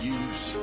use